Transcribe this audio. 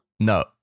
No